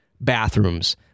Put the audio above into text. bathrooms